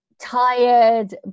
Tired